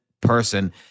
person